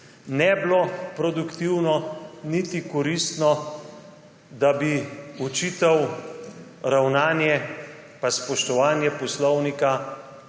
bi bilo produktivno niti koristno, da bi očital ravnanje in spoštovanje poslovnika